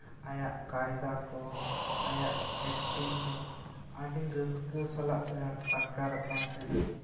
ᱟᱭᱟᱜ ᱠᱟᱭᱫᱟ ᱠᱚ ᱟᱭᱟᱜ ᱮᱠᱴᱤᱝ ᱠᱚ ᱟᱹᱰᱤ ᱨᱟᱹᱥᱠᱟᱹ ᱥᱟᱞᱟᱜ ᱮ ᱟᱴᱠᱟᱨᱚᱜ ᱛᱟᱦᱮᱸᱱᱟ